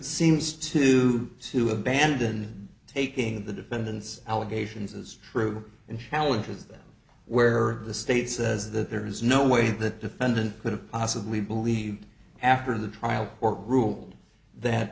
seems to be to abandon taking the defendant's allegations as true and challenges them where the state says that there is no way that defendant could have possibly believed after the trial court ruled that